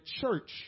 church